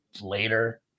later